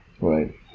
right